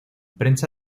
prensa